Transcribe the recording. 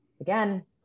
again